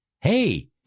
Hey